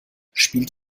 spielt